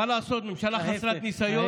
מה לעשות, ממשלה חסרת ניסיון.